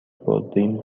بردیم